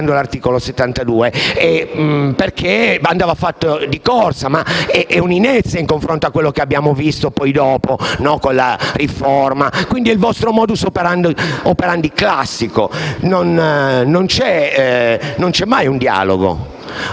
Non c'è mai un dialogo.